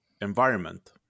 environment